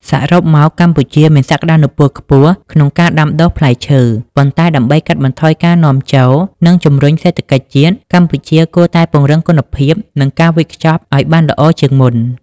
សរុបមក កម្ពុជាមានសក្តានុពលខ្ពស់ក្នុងការដាំដុះផ្លែឈើ ប៉ុន្តែដើម្បីកាត់បន្ថយការនាំចូល និងជំរុញសេដ្ឋកិច្ចជាតិ កម្ពុជាគួរតែពង្រឹងគុណភាព និងការវេចខ្ចប់ឲ្យបានល្អជាងមុន។